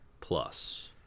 plus